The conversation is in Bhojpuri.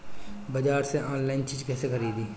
बाजार से आनलाइन चीज कैसे खरीदी?